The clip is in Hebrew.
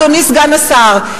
אדוני סגן השר,